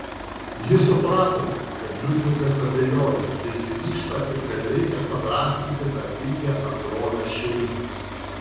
ji suprato kad liudvikas abejoja nesiryžta ir kad reikia padrąsinti tą tingią ar drovią širdį